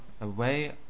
away